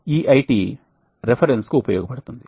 ఈ IT reference కు ఉపయోగపడుతుంది